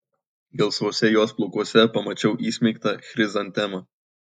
gelsvuose jos plaukuose pamačiau įsmeigtą chrizantemą